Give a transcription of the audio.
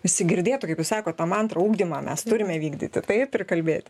visi girdėtų kaip jūs sakot tą mantrą ugdymą mes turime vykdyti taip ir kalbėti